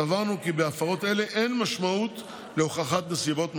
סברנו כי בהפרות אלה אין משמעות להוכחת נסיבות מחמירות,